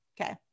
okay